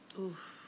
Oof